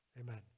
amen